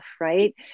right